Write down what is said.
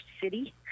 city